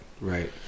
Right